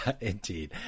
indeed